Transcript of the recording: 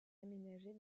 aménagés